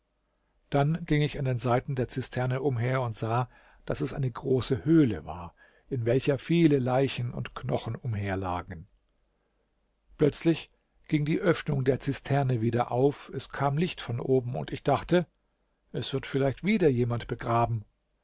dann ging ich an den seiten der zisterne umher und sah daß es eine große höhle war in welcher viele leichen und knochen umherlagen plötzlich ging die öffnung der zisterne wieder auf es kam licht von oben und ich dachte es wird vielleicht wieder jemand begraben